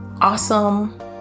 awesome